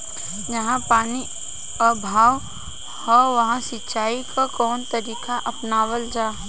जहाँ पानी क अभाव ह वहां सिंचाई क कवन तरीका अपनावल जा?